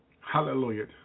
Hallelujah